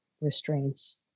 restraints